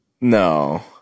No